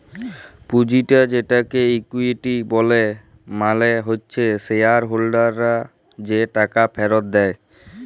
পুঁজিটা যেটাকে ইকুইটি ব্যলে মালে হচ্যে শেয়ার হোল্ডাররা যে টাকা ফেরত দেয়